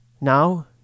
now